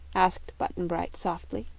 asked button-bright softly.